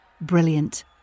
Brilliant